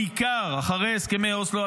בעיקר אחרי הסכמי אוסלו,